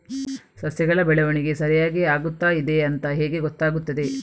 ಸಸ್ಯಗಳ ಬೆಳವಣಿಗೆ ಸರಿಯಾಗಿ ಆಗುತ್ತಾ ಇದೆ ಅಂತ ಹೇಗೆ ಗೊತ್ತಾಗುತ್ತದೆ?